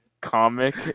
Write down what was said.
comic